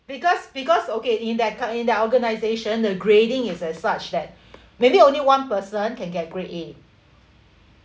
because because okay in that co~ in that organisation the grading is as such that maybe only one person can get grade A